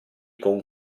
con